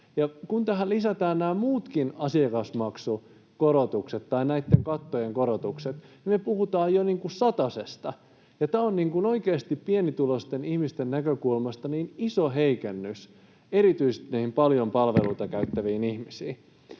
kun tähän lisätään nämä muutkin kattojen korotukset, niin me puhutaan jo satasesta. Tämä on oikeasti pienituloisten ihmisten näkökulmasta iso heikennys, erityisesti näille paljon palveluita käyttäville ihmisille.